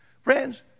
Friends